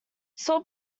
sort